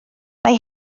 mae